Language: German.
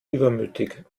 übermütig